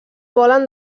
volen